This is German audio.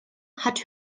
hat